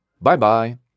Bye-bye